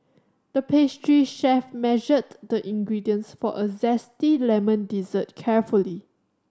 the pastry chef measured the ingredients for a zesty lemon dessert carefully